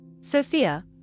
Sophia